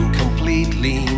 completely